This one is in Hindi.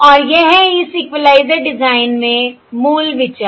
और यह इस इक्वलाइज़र डिजाइन में मूल विचार है